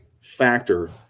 factor